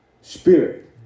spirit